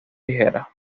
ligeras